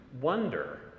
wonder